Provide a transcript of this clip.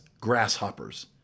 grasshoppers